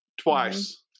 Twice